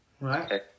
right